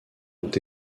ont